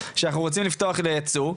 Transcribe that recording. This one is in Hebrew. שאנחנו רוצים לפתוח לייצוא,